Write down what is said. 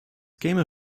käme